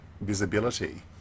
visibility